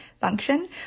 function